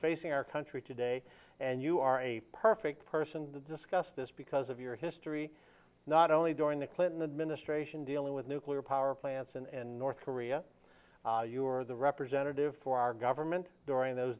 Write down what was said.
facing our country today and you are a perfect person to discuss this because of your history not only during the clinton administration dealing with nuclear power plants in north korea you were the representative for our government during those